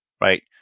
right